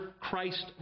Christ